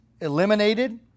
eliminated